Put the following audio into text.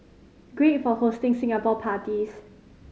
great for hosting Singapore parties